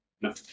No